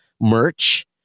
Merch